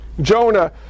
Jonah